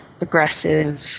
aggressive